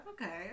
okay